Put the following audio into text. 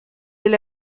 del